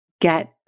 get